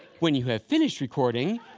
when you have finished recording,